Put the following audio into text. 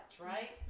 right